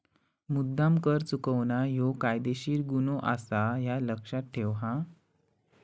मुद्द्दाम कर चुकवणा ह्यो कायदेशीर गुन्हो आसा, ह्या लक्ष्यात ठेव हां